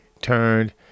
turned